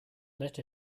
let